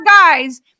guys